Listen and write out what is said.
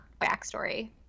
backstory